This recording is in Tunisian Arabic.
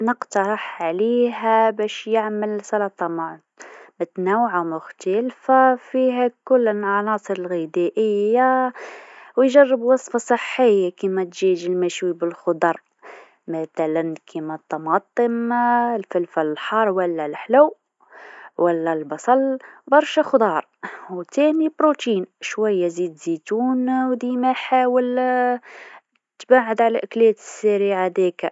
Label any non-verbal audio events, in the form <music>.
نقترح عليه <hesitation> باش يعمل سلاطه متنوعه مختلفه فيها كل العناصر الغذائيه ويجرب وصفه صحيه كيما الدجاج المشوي بالخضر مثلا كيما الطماطم <hesitation> الفلفل الحار ولا الحلو ولا البصل برشا خضره وزاده بروتين و شويه زيت زيتونه وديما حاول تبعد على الأكلات السريعه هذيكا.